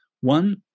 One